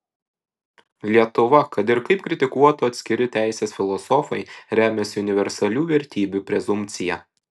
lietuva kad ir kaip kritikuotų atskiri teisės filosofai remiasi universalių vertybių prezumpcija